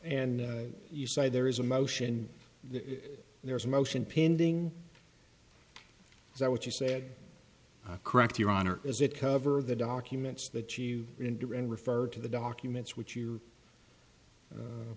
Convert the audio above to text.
and you say there is a motion there is a motion pending is that what you said correct your honor is it cover the documents that you referred to the documents which you